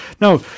Now